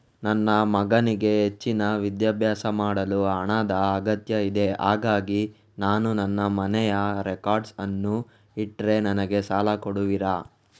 ನನ್ನ ಮಗನಿಗೆ ಹೆಚ್ಚಿನ ವಿದ್ಯಾಭ್ಯಾಸ ಮಾಡಲು ಹಣದ ಅಗತ್ಯ ಇದೆ ಹಾಗಾಗಿ ನಾನು ನನ್ನ ಮನೆಯ ರೆಕಾರ್ಡ್ಸ್ ಅನ್ನು ಇಟ್ರೆ ನನಗೆ ಸಾಲ ಕೊಡುವಿರಾ?